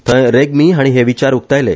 थंय रेग्मी हाणी हे विचार उक्तायले